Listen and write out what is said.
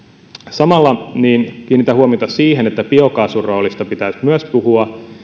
samalla kiinnitän huomiota siihen että biokaasun roolista pitäisi myös puhua